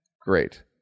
great